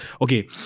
okay